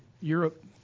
Europe